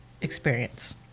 experience